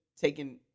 taking